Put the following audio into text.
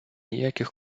ніяких